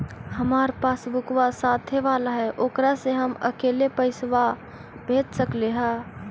हमार पासबुकवा साथे वाला है ओकरा से हम अकेले पैसावा भेज सकलेहा?